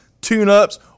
tune-ups